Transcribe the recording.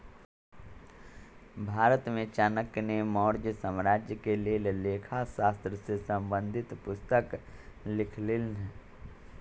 भारत में चाणक्य ने मौर्ज साम्राज्य के लेल लेखा शास्त्र से संबंधित पुस्तक लिखलखिन्ह